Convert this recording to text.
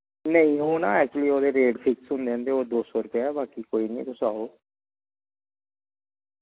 नेईं ओह् ना एक्चुअली ओह्दे रेट फिक्स होंदे न ते ओह् दो सौ रपेया बाकी कोई निं तुस आओ